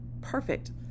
perfect